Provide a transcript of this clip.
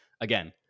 Again